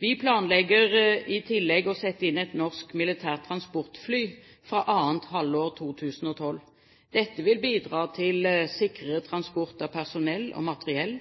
Vi planlegger i tillegg å sette inn et norsk militært transportfly fra annet halvår 2012. Dette vil bidra til sikrere transport av personell og materiell,